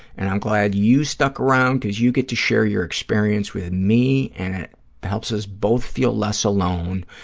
and i'm glad you stuck around because you get to share your experience with me, and it helps us both feel less alone,